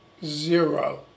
Zero